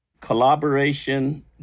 Collaboration